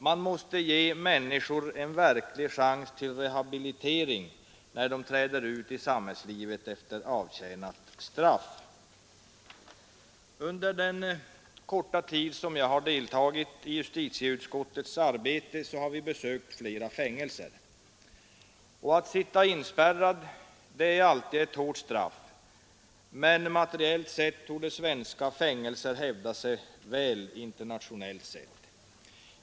Man måste ge människor en verklig chans till rehabilitering när de träder ut i samhällslivet efter avtjänat straff. Under den korta tid jag har deltagit i justitieutskottets arbete har vi besökt flera fängelser. Att sitta inspärrad är alltid ett hårt straff, men materiellt torde svenska fängelser hävda sig väl internationellt sett.